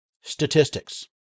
statistics